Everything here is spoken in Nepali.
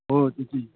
हो त्यो चाहिँ